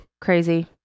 crazy